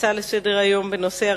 הצעות לסדר-היום מס' 1354 ו-1358 בנושא: